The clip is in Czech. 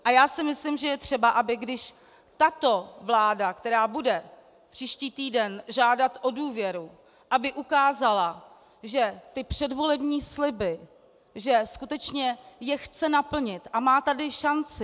A já si myslím, že je třeba, aby když tato vláda, která bude příští týden žádat o důvěru, aby ukázala, že předvolební sliby, že je skutečně chce naplnit, a má tady šanci.